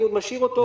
אני עוד משאיר בחוץ.